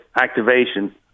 activation